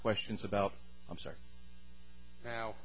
questions about i'm sorry how